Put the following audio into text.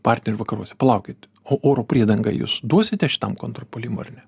partnerių vakaruose palaukit o oro priedangą jūs duosite šitam kontrpuolimui ar ne